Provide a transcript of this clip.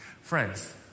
Friends